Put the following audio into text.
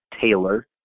Taylor